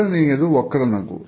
ಎರಡನೆಯದು ವಕ್ರ ನಗು